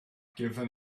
given